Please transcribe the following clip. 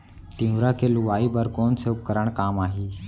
तिंवरा के लुआई बर कोन से उपकरण काम आही?